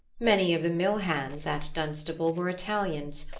many of the mill-hands at dunstable were italians,